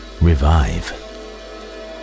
revive